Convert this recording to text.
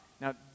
Now